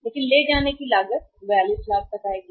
लेकिन ले जाने की लागत 42 लाख तक जाएगी